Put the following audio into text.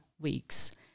weeks